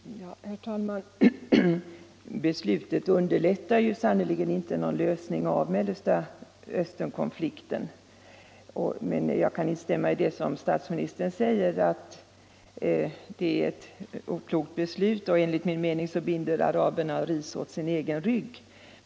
Herr talman! FN-beslutet underlättar sannerligen inte någon lösning av konflikten i Mellersta Östern. Jag kan instämma i statsministerns ord att det är ett oklokt beslut, och enligt min mening binder araberna ris åt sin egen rygg.